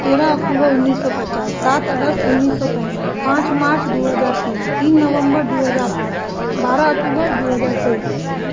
तेरह अक्टूबर उन्नैस सए पचास सात अगस्त उन्नैस सए पैंसठि पाँच मार्च दू हजार तीन तीन नबंबर दू हजार आठ बारह अक्टूबर दू हजार तेइस